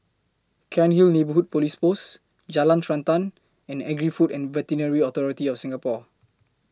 Cairnhill Neighbourhood Police Post Jalan Srantan and Agri Food and Veterinary Authority of Singapore